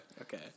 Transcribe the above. Okay